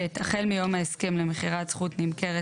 (ב)החל מיום ההסכם למכירת זכות נמכרת